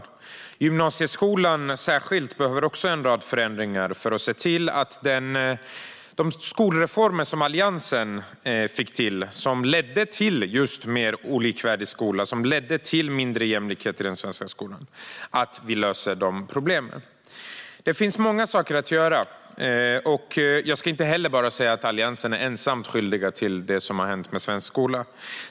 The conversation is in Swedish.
Särskilt gymnasieskolan behöver en rad förändringar för att vi ska lösa de problem som skapats av de skolreformer som Alliansen fick till, som ledde till just mindre likvärdighet och mindre jämlikhet i den svenska skolan. Det finns många saker att göra, och jag ska inte säga att Alliansen är ensamt skyldig till det som har hänt med svensk skola.